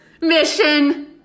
mission